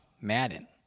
Madden